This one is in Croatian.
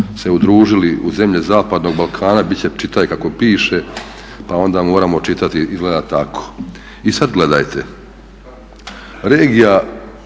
se udružili u zemlje zapadnog Balkana bit će čitaj kako piše pa onda moramo čitati izgleda tako. I sad gledajte,